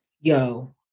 Yo